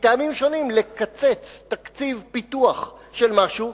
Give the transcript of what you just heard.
מטעמים שונים לקצץ תקציב פיתוח של משהו,